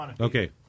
Okay